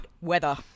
weather